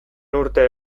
urte